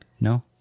No